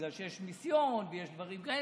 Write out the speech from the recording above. בגלל שיש מיסיון ויש דברים כאלה,